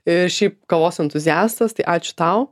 ir šiaip kavos entuziastas tai ačiū tau